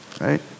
right